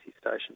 Station